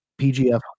PGF